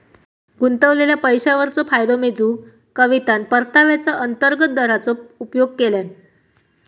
गुंतवलेल्या पैशावरचो फायदो मेजूक कवितान परताव्याचा अंतर्गत दराचो उपयोग केल्यान